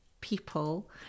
people